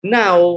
now